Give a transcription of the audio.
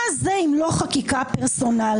מה זה אם לא חקיקה פרסונלית?